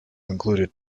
included